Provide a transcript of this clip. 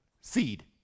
seed